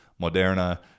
Moderna